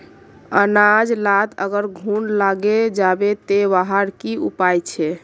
अनाज लात अगर घुन लागे जाबे ते वहार की उपाय छे?